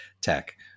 tech